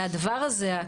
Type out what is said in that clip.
הדבר הזה,